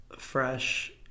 fresh